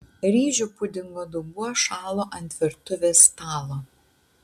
ryžių pudingo dubuo šalo ant virtuvės stalo